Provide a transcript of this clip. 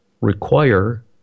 require